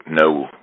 no